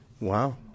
Wow